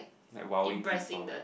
like !wow!ing people